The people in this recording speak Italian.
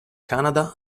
canada